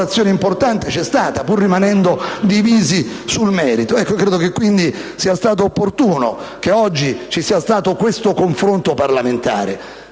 collaborazione importante c'è stata, pur rimanendo divisi sul merito. Io ritengo sia stato opportuno che oggi ci sia stato questo confronto parlamentare.